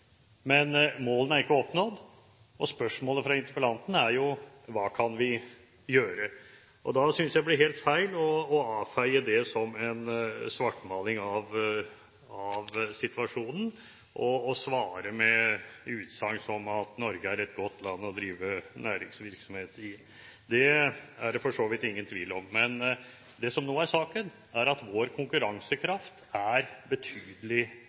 Men målene er ikke oppnådd, og spørsmålet fra interpellanten er jo: Hva kan vi gjøre? Da synes jeg det blir helt feil å avfeie det som en svartmaling av situasjonen og svare med utsagn som at Norge er et godt land å drive næringsvirksomhet i. Det er det for så vidt ingen tvil om. Det som nå er saken, er at vår konkurransekraft er blitt betydelig